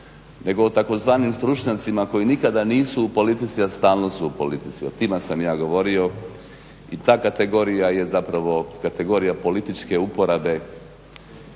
nego tzv. stručnjacima koji nikada nisu u politici, a stalno su u politici. O tim sam ja govorio i ta kategorija je zapravo kategorija političke uporabe